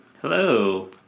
Hello